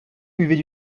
buvait